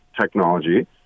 technology